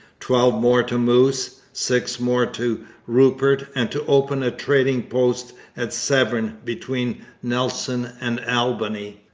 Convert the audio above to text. twelve more to moose, six more to rupert, and to open a trading post at severn between nelson and albany.